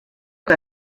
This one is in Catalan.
que